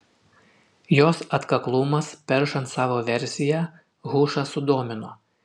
jos atkaklumas peršant savo versiją hušą sudomino